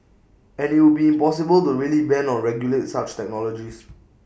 and IT would be impossible to really ban or regulate such technologies